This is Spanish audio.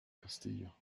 castillo